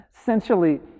essentially